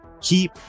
keep